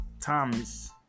Thomas